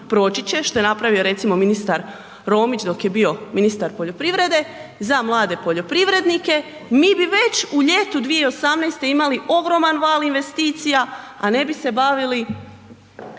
što na napravio ministar Romić dok je bio ministar poljoprivrede, za mlade poljoprivrednike, mi bi već u ljetu 2018. imali ogroman val investicija, a ne bi se bavili